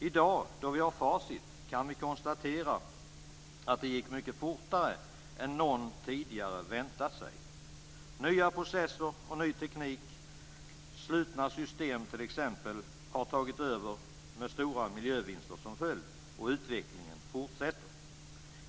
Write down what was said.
I dag, när vi har facit, kan vi konstatera att det gick mycket fortare än någon tidigare väntat sig. Nya processer och ny teknik, t.ex. slutna system, har tagit över, med stora miljövinster som följd, och utvecklingen fortsätter.